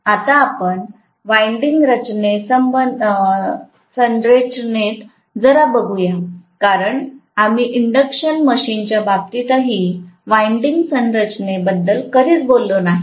आता आपण वाइंडिंग संरचनेत जरा बघू या कारण आम्ही इंडक्शन मशीनच्या बाबतीतही वाइंडिंग संरचनेबद्दल कधीच बोललो नाही